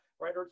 right